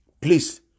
Please